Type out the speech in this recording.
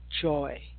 joy